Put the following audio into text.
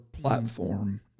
platform